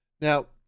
Now